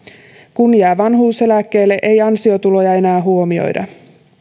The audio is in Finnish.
kun jää vanhuuseläkkeelle ei ansiotuloja enää huomioida